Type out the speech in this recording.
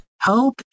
hope